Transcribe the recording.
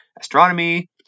astronomy